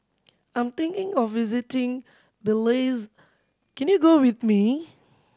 I'm thinking of visiting Belize can you go with me